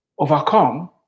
overcome